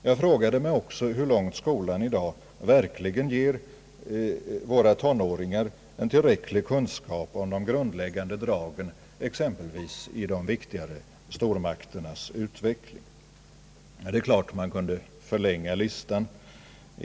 Jag frågade mig också om skolan i dag verkligen ger våra tonåringar en tillräcklig kunskap om de grundläggande dragen exempelvis i stormakternas utveckling. Det är klart att man kunde förlänga listan.